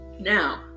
Now